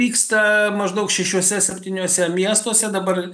vyksta maždaug šešiuose septyniuose miestuose dabar